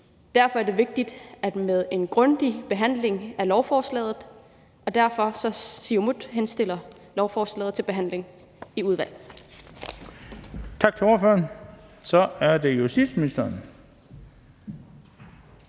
Derfor er det vigtigt med en grundig behandling, og Siumut anbefaler lovforslaget til behandling i udvalget.